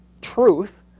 truth